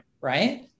right